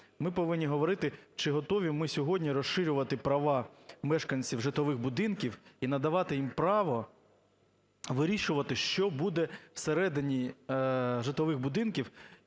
Ми повинні говорити, чи готові ми сьогодні розширювати права мешканців житлових будинків і надавати їм право вирішувати, що буде всередині житлових будинків